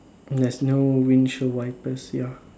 there's no windshield wipers ya